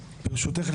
ברשותך,